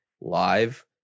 live